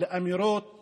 לאמירות